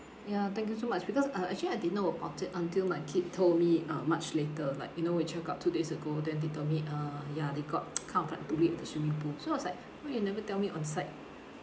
ya thank you so much because uh actually I didn't know about it until my kid told me uh much later like you know we checked out two days ago then they tell me uh ya they got kind of like bullied at the swimming pool so I was like why you never tell me on site